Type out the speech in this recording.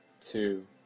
two